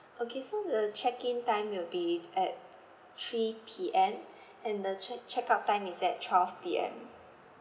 okay so the check in time will be at three P_M and the check check out time is at twelve P_M